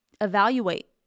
evaluate